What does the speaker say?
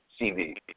CV